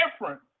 different